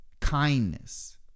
kindness